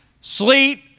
sleet